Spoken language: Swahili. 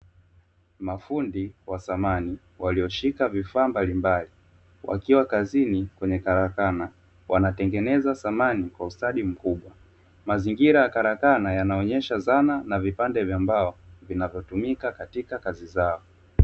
Mafundi wa samani walioshika vifaa mbalimbali, wakiwa kazini kwenye karakana wanatengeneza samani kwa ustadi mkubwa. Mazingira ya karakana yanaonyesha zana na vipande vya mbao vinavyotumika katika kazi zao.